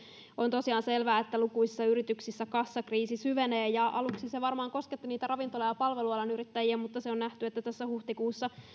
on tosiaan selvää että lukuisissa yrityksissä kassakriisi syvenee aluksi se varmaan kosketti niitä ravintola ja palvelualan yrittäjiä mutta tässä huhtikuussa on nähty että